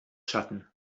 schatten